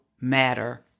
matter